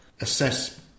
assess